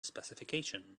specification